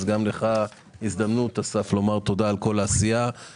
אז גם לך אסף הזדמנות לומר תודה על כל העשייה.